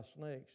snakes